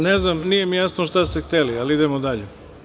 Nije mi jasno šta ste hteli, ali idemo dalje.